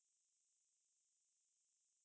by email 你有他们的 email mah